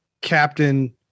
captain